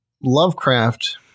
Lovecraft